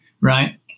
Right